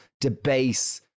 debase